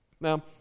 Now